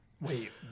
wait